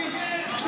גזען, על מה?